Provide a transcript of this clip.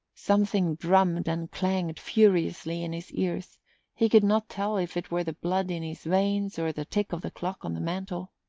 something drummed and clanged furiously in his ears he could not tell if it were the blood in his veins, or the tick of the clock on the mantel.